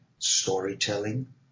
storytelling